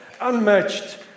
Unmatched